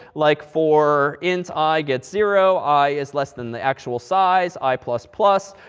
like for int, i gets zero. i is less than the actual size i, plus, plus.